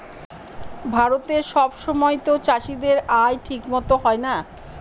ভারতে সব সময়তো চাষীদের আয় ঠিক মতো হয় না